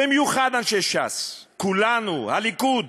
במיוחד אנשי ש"ס, כולנו, הליכוד,